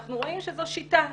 אנחנו רואים שזאת שיטה.